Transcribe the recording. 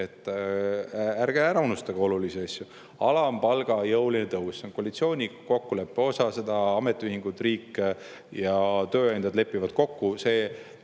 ärge ära unustage olulisi asju – alampalga jõuline tõus, see on koalitsioonikokkuleppe osa, selle ametiühingud, riik ja tööandjad lepivad kokku. See